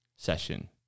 session